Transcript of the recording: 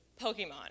Pokemon